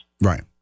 Right